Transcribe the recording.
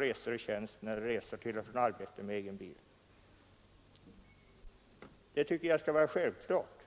resor i tjänsten eller resor till och från arbetet med egen bil. Jag tycker att detta är självklart.